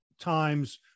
times